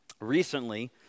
recently